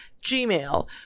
gmail